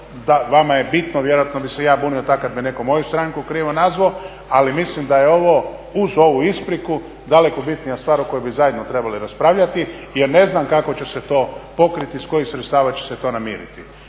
vama je bitno vjerojatno bih se ja bunio tako kada bi netko moju stranku krivo nazvao, ali mislim da je ovo uz ovu ispriku daleko bitnija stvar o kojoj bi zajedno trebali raspravljati jer ne znam kako će se to pokriti i iz kojih sredstava će se to namiriti.